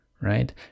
right